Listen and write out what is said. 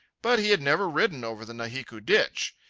but he had never ridden over the nahiku ditch.